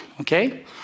okay